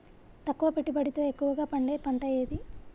తక్కువ పెట్టుబడితో ఎక్కువగా పండే పంట ఏది?